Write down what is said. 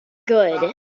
good